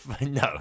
No